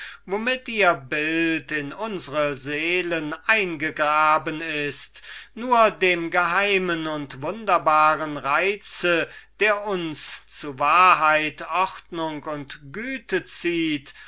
womit ihr bild in unsre seelen eingegraben ist nur dem geheimen und wunderbaren reiz der uns zu wahrheit ordnung und güte zieht